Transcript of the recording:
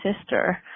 sister